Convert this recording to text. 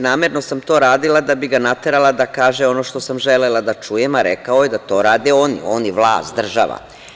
Namerno sam to uradila da bi ga naterala da kaže ono što sam želela da čujem, a rekao je da to rade oni - vlast, država.